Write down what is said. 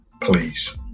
Please